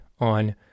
on